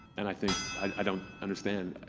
and i think, i don't understand.